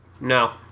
No